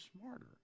smarter